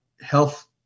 health